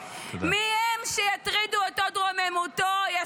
תודה רבה.